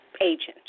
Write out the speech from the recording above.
agent